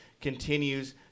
continues